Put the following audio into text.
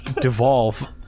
devolve